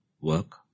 work